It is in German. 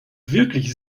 wirklich